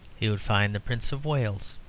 he would find the prince of wales.